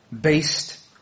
based